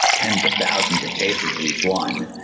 tens of thousands of cases of each one.